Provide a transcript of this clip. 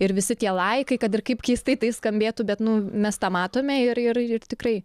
ir visi tie laikai kad ir kaip keistai tai skambėtų bet nu mes tą matome ir ir ir tikrai